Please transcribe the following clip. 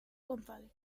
gonzález